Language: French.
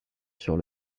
sur